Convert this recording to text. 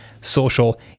social